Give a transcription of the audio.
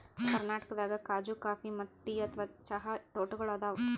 ಕರ್ನಾಟಕದಾಗ್ ಖಾಜೂ ಕಾಫಿ ಮತ್ತ್ ಟೀ ಅಥವಾ ಚಹಾ ತೋಟಗೋಳ್ ಅದಾವ